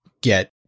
get